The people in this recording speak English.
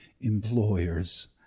employers